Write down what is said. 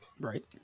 Right